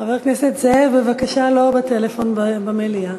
חבר הכנסת זאב, בבקשה לא לדבר בטלפון במליאה.